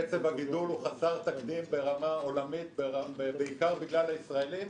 קצב הגידול הוא חסר תקדים ברמה עולמית בעיקר בגלל הישראלים,